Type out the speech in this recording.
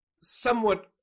somewhat